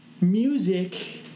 Music